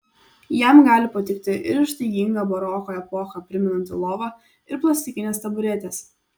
jam gali patikti ir ištaiginga baroko epochą primenanti lova ir plastikinės taburetės